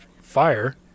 fire